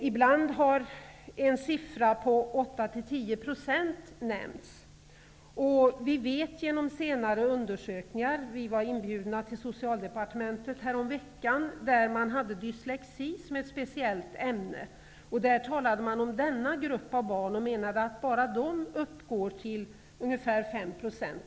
Ibland har en siffra på 8--10 % nämnts. Vi var inbjudna till Socialdepartementet häromveckan, där man hade dyslexi som ett speciellt ämne. Där talade man om denna grupp av barn och menade att bara de uppgår till ungefär 5 %.